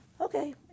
okay